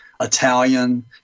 italian